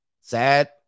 Sad